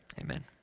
Amen